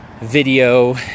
video